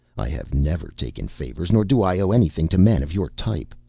i have never taken favors nor do i owe anything to men of your type.